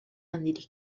handirik